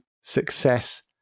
success